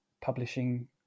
publishing